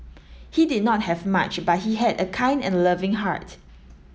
he did not have much but he had a kind and loving heart